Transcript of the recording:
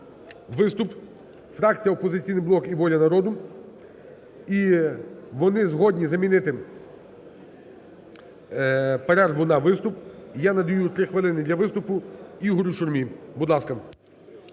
виступ фракція "Опозиційний блок" і "Воля народу". І вони згодні замінити перерву на виступ. Я надаю 3 хвилини для виступу Ігорю Шурмі. Будь ласка.